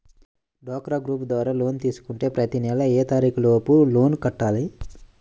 డ్వాక్రా గ్రూప్ ద్వారా లోన్ తీసుకుంటే ప్రతి నెల ఏ తారీకు లోపు లోన్ కట్టాలి?